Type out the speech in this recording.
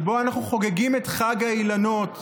שבו אנחנו חוגגים את חג האילנות,